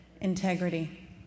Integrity